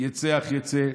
יצא אף יצא.